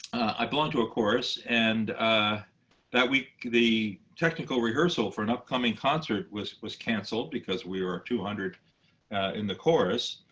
i belong to a chorus. and that week, the technical rehearsal for and upcoming concert was was canceled because we were two hundred in the chorus.